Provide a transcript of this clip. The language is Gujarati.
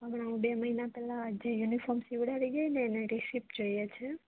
હમણાં હું બે મહિના પેહલા જે યુનિફોર્મ સીવડાવી ગઈ ને એના રીસિપ જોઈએ છે